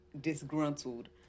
disgruntled